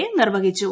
A ്നിർവ്വഹിച്ചു